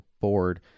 board